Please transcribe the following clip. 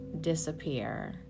disappear